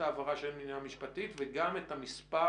ההבהרה שאין מניעה משפטית וגם את המספר,